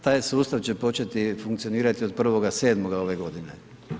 Taj sustav će početi funkcionirati od 1.7. ove godine.